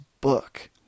book